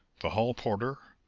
the hall porter,